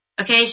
Okay